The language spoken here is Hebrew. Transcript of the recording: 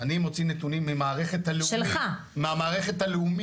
אני מוציא נתונים ממערכת הלאומית -- מהמערכת שלך?